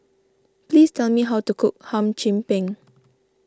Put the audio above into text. please tell me how to cook Hum Chim Peng